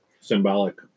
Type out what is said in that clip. symbolic